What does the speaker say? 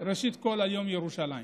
ראשית כול ליום ירושלים.